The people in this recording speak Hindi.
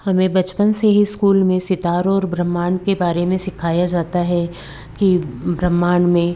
हमें बचपन से ही स्कूल में सितारों और ब्रह्मांड के बारे में सिखाया जाता है कि ब्रह्मांड में